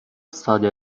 صادر